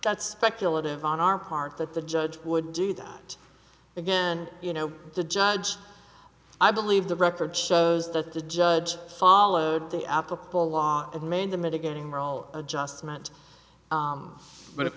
that's speculative on our part that the judge would do that again you know the judge i believe the record shows that the judge followed the applicable law of man the mitigating role of adjustment but if